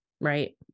Right